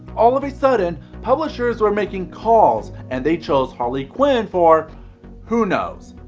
all of a sudden publishers were making calls and they choose harlequin for who knows,